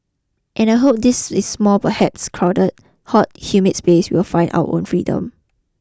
and I hope this is small perhaps crowded hot humid space we will find our freedom